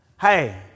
Hey